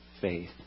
faith